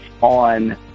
on